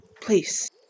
Please